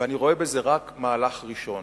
ואני רואה בזה רק מהלך ראשון,